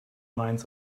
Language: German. mainz